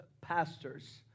pastors